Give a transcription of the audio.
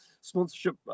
sponsorship